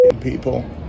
people